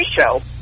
show